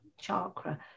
chakra